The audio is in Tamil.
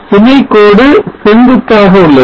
சுமை கோடு செங்குத்தாக உள்ளது